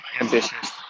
ambitious